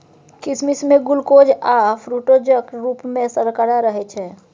किसमिश मे ग्लुकोज आ फ्रुक्टोजक रुप मे सर्करा रहैत छै